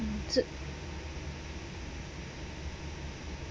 suit